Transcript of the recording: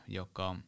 joka